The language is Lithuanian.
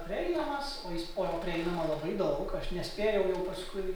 prieinamas o jis o prieinama labai daug aš nespėjau jau paskui